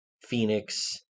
Phoenix